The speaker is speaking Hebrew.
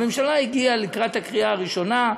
הממשלה הגיעה לקראת הקריאה הראשונה,